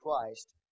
Christ